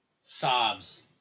Sobs